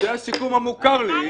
זה הסיכום המוכר לי.